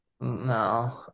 No